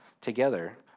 together